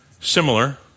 Similar